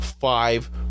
five